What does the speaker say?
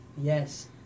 Yes